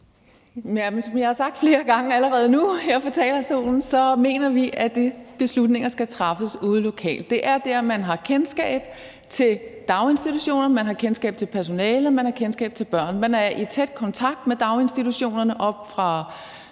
som jeg har sagt flere gange allerede nu her fra talerstolen, så mener vi, at de beslutninger skal træffes ude lokalt. Det er der, man har kendskab til daginstitutionerne, man har kendskab til personalet, man har kendskab til børnene; man er i tæt kontakt med daginstitutionerne oppe fra